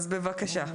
בבקשה.